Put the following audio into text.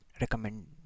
recommend